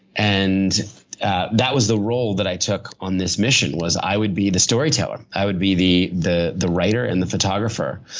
and that was the role that i took on this mission, was i would be the story teller. i would be the the writer and the photographer.